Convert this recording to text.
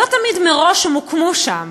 לא תמיד מראש הם הוקמו שם,